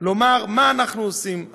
לומר מה אנחנו עושים.